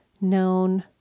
known